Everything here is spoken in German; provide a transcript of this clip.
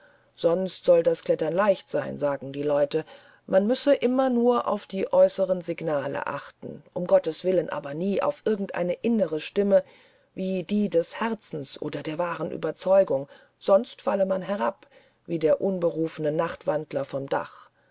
sonst soll das klettern leicht sein sagen die leute man müsse immer nur auf die äußeren signale achten um gotteswillen aber nie auf irgend eine innere stimme wie die des herzens oder der wahren ueberzeugung sonst falle man herab wie der angerufene nachtwandler vom dach